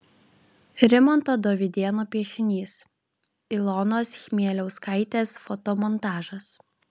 rimanto dovydėno piešinys ilonos chmieliauskaitės fotomontažas